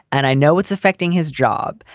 and i know it's affecting his job.